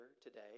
today